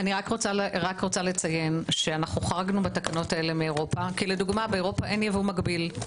אנחנו חרגנו בתקנות האלה מאירופה כי למשל באירופה אין ייבוא מגביל,